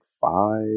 five